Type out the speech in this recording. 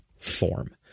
form